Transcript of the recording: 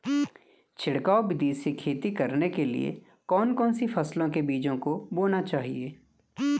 छिड़काव विधि से खेती करने के लिए कौन कौन सी फसलों के बीजों को बोना चाहिए?